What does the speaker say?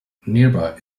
nearby